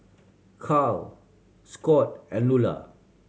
Cael Scott and Lula